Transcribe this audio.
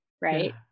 right